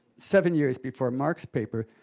seven years before mark's paper,